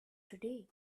today